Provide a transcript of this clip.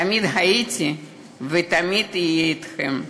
תמיד הייתי ותמיד אהיה אתכם,